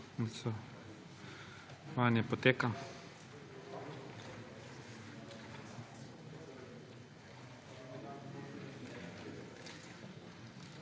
Hvala